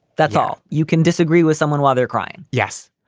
that's all. you can disagree with someone while they're crying yes.